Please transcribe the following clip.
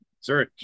Sir